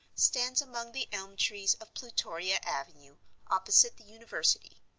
stands among the elm trees of plutoria avenue opposite the university,